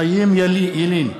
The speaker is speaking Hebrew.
חיים ילין,